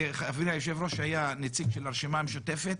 היושב-ראש שהיה נציג של הרשימה המשותפת,